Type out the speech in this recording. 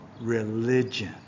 religion